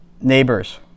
neighbors